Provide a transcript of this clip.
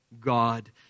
God